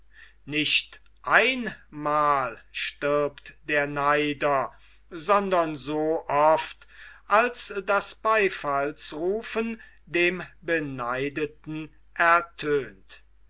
nicht ein mal stirbt der neider sondern so oft als das beifallsrufen dem beneideten ertönt